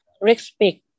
respect